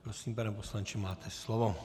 Prosím, pane poslanče, máte slovo.